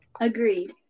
Agreed